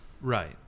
right